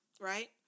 right